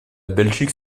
belgique